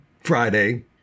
Friday